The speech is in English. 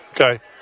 Okay